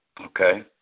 Okay